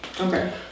Okay